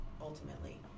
ultimately